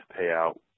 payout